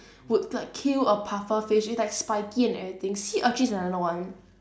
would like kill a pufferfish it's like spiky and everything sea urchin is another one